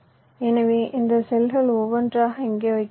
எனவே இந்த செல்கள் ஒவ்வொன்றாக இங்கே வைக்கலாம்